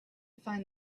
find